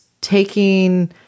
taking